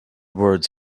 words